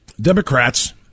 Democrats